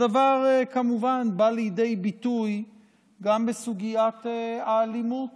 הדבר, כמובן, בא לידי ביטוי גם בסוגיית האלימות